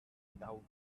without